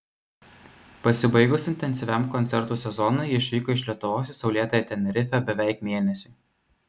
pasibaigus intensyviam koncertų sezonui ji išvyko iš lietuvos į saulėtąją tenerifę beveik mėnesiui